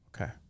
okay